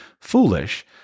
foolish